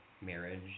marriage